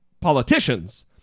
politicians